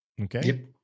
Okay